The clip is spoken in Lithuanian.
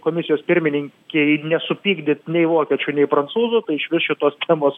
komisijos pirmininkei nesupykdyt nei vokiečių nei prancūzų tai išvis šitos temos